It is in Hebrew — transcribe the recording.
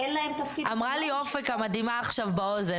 אמרה לי אופק המדהימה עכשיו באוזן.